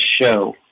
show